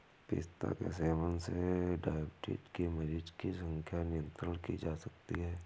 पिस्ता के सेवन से डाइबिटीज के मरीजों की संख्या नियंत्रित की जा रही है